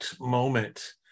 moment